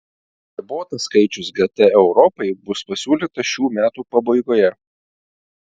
ribotas skaičius gt europai bus pasiūlytas šių metų pabaigoje